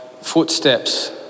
footsteps